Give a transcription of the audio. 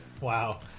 Wow